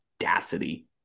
audacity